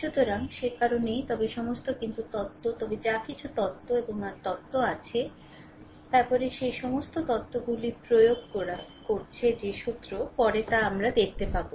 সুতরাং সে কারণেই তবে সমস্ত কিন্তু তত্ত্ব তবে যা কিছু তত্ত্ব এবং r তত্ত্ব আছে তারপরে এই সমস্ত তত্ত্বগুলি প্রয়োগ করছে যা সুত্র পরে তা দেখতে পাবে